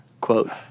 Quote